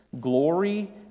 glory